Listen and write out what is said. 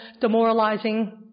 demoralizing